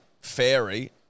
fairy